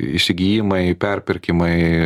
įsigijimai perpirkimai